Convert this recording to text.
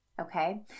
okay